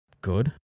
good